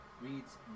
reads